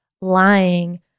lying